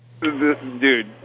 dude